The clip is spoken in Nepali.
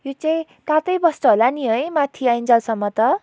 यो चाहिँ तातै बस्छ होला नि है माथि आइन्जेलसम्म त